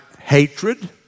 hatred